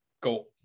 go